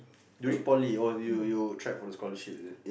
during poly oh you you tried for the scholarship is it